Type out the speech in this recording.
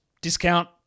Discount